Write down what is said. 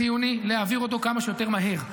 חיוני להעביר אותו כמה שיותר מהר.